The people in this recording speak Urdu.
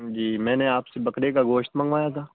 جی میں نے آپ سے بکرے کا گوشت منگوایا تھا